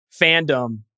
fandom